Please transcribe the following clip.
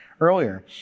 earlier